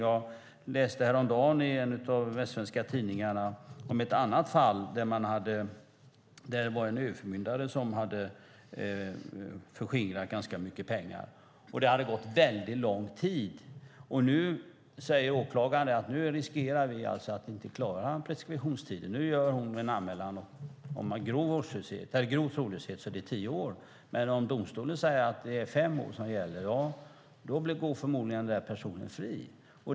Jag läste häromdagen i en av de västsvenska tidningarna om ett fall där en överförmyndare hade förskingrat ganska mycket pengar. Det hade gått väldigt lång tid. Åklagaren säger att man riskerar att inte klara preskriptionstiden. Nu gör hon en anmälan om grov trolöshet - då är det fråga om tio år - men om domstolen säger att det är fem år som gäller går förmodligen den här personen fri.